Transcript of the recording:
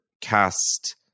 cast